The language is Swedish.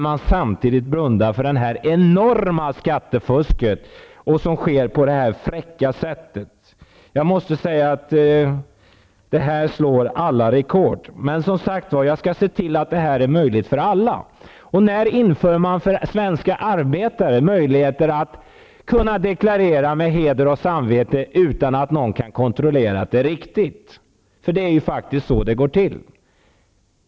Men samtidigt blundar man för det enorma skattefusket som sker på det här fräcka sättet. Det slår alla rekord. Som sagt skall jag se till att det här blir möjligt för alla. När skall man införa möjligheter för svenska arbetare att kunna deklarera på heder och samvete utan att någon kan kontrollera att det är riktigt. Det är faktiskt så det går till.